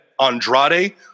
Andrade